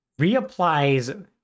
reapplies